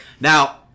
Now